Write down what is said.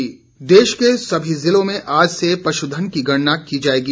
पशुधन देश के सभी ज़िलों में आज से पशुधन की गणना की जाएगी